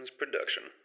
production